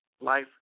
life